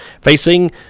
Facing